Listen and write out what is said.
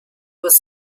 was